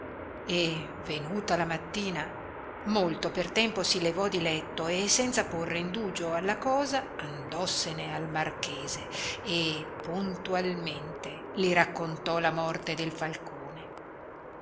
e venuta la mattina molto per tempo si levò di letto e senza porre indugio alla cosa andossene al marchese e puntalmente li raccontò la morte del falcone